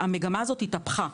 המגמה הזו התהפכה.